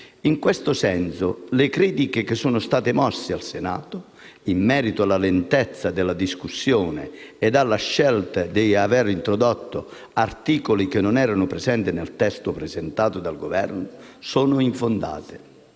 In questo senso, le critiche che sono state mosse al Senato in merito alla lentezza della discussione e alla scelta di aver introdotto articoli che non erano presenti nel testo presentato dal Governo, sono infondate.